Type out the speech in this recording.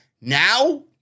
Now